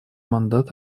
мандат